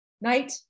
Night